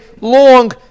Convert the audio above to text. long